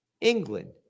England